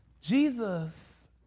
Jesus